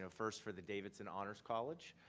so first for the davidson honors college,